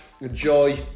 enjoy